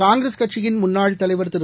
காங்கிரஸ் கட்சியின் முன்னாள் தலைவர் திரு